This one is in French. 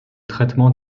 traitement